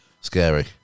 Scary